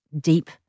deep